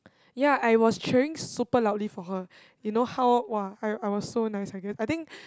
ya I was cheering super loudly for her you know how !wah! I I was so nice I guess I think